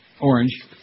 Orange